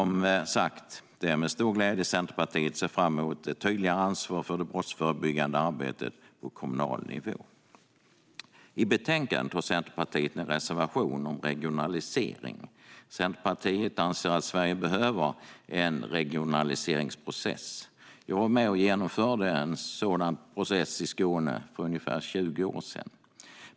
Det är med stor glädje Centerpartiet ser fram emot ett tydligare ansvar för det brottsförebyggande arbetet på kommunal nivå. I betänkandet har Centerpartiet en reservation om regionalisering. Centerpartiet anser att Sverige behöver en regionaliseringsprocess. Jag var med och genomförde en sådan process i Skåne för ungefär 20 år sedan.